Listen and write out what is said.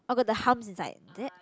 or got the humps inside that